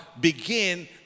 begin